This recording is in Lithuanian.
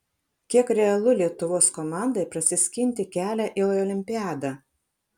kiek realu lietuvos komandai prasiskinti kelią į olimpiadą